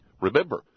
Remember